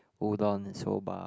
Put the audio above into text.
udon soba